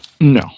no